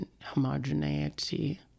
Homogeneity